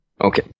Okay